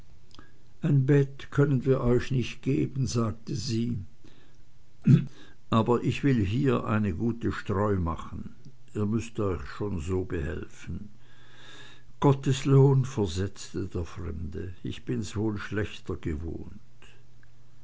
ein bett können wir euch nicht geben sagte sie aber ich will hier eine gute streu machen ihr müßt euch schon so behelfen gott's lohn versetzte der fremde ich bin's wohl schlechter gewohnt